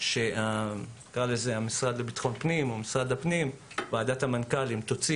כך שוועדת המנכ"לים של המשרד לביטחון הפנים